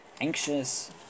anxious